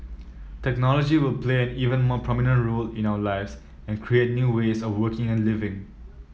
technology will play an even more prominent role in our lives and create new ways of working and living